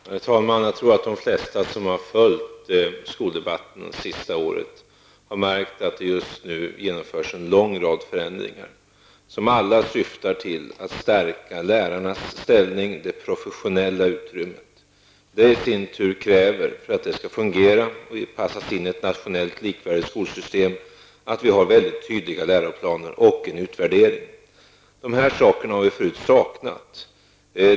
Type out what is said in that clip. Herr talman! Jag tror att de flesta som under de senaste året har följt skoldebatten har märkt att det just nu genomförs en lång rad förändringar, som alla syftar till att stärka lärarnas ställning i professionellt avseende. För att det skall fungera och passas in i ett nationellt likvärdigt skolsystem krävs i sin tur att läroplanerna är väldigt tydliga och att det sker en utvärdering. Detta har tidigare saknats.